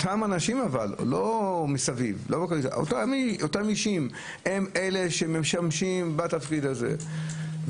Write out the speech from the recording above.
לא מסביב אותם אישים הם אלה שמשמשים בתפקיד הזה.